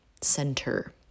center